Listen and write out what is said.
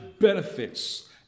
benefits